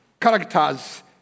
characters